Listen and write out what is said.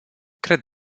cred